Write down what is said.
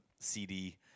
CD